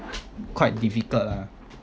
quite difficult lah